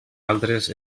altres